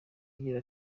agira